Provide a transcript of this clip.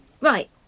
right